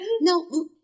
No